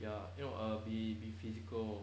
ya you know be physical